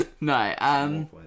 No